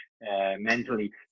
mentally